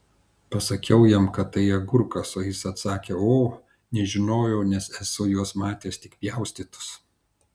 pasakiau jam kad tai agurkas ir jis atsakė o nežinojau nes esu juos matęs tik supjaustytus